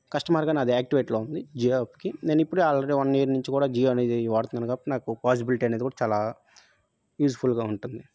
customer కానీ అది యాక్టివేట్లో ఉంది జియో యాప్కి నేను ఇప్పుడే ఆల్రెడీ వన్ ఇయర్ నుంచి కూడా జియో అనేది వాడుతున్నాను కాబట్టి నాకు పాజిబిలిటీ అనేది కూడా చాలా యూజ్ఫుల్గా ఉంటుంది